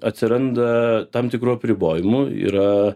atsiranda tam tikrų apribojimų yra